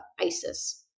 Isis